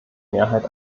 mehrheit